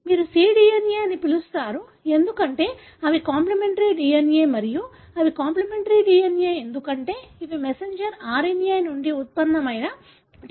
మీరు cDNA అని పిలుస్తారు ఎందుకంటే అవి కాంప్లిమెంటరీ DNA మరియు అవి కాంప్లిమెంటరీ DNA ఎందుకంటే ఇవి మెసెంజర్ RNA నుండి ఉత్పన్నమైన DNA